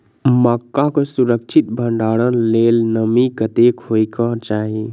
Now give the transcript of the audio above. मक्का केँ सुरक्षित भण्डारण लेल नमी कतेक होइ कऽ चाहि?